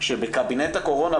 כשבקבינט הקורונה,